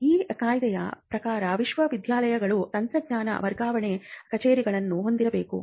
ಈ ಕಾಯ್ದೆಯ ಪ್ರಕಾರ ವಿಶ್ವವಿದ್ಯಾಲಯಗಳು ತಂತ್ರಜ್ಞಾನ ವರ್ಗಾವಣೆ ಕಚೇರಿಗಳನ್ನು ಹೊಂದಿರಬೇಕು